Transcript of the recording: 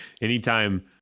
Anytime